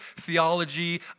theology